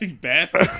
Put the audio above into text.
Bastard